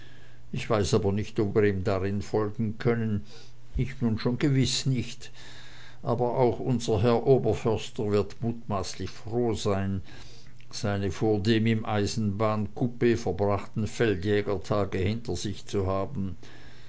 ich weiß aber nicht ob wir ihm darin folgen können ich nun schon gewiß nicht aber auch unser herr oberförster wird mutmaßlich froh sein seine vordem im eisenbahncoup verbrachten feldjägertage hinter sich zu haben